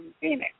Phoenix